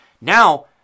now